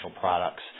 products